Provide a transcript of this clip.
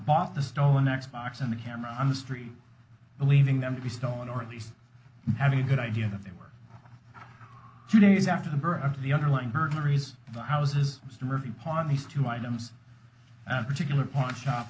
bought the stolen x box and a camera on the street believing them to be stolen or at least have a good idea that there were two days after the birth of the underlying burglaries the houses mr murphy upon these two items particular pawnshop